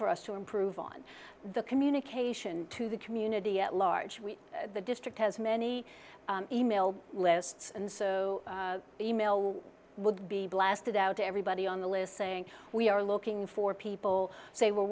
for us to improve on the communication to the community at large the district has many email lists and so e mail would be blasted out to everybody on the list saying we are looking for people say we're